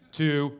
two